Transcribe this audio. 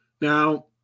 Now